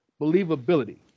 believability